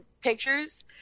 pictures